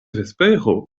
vespero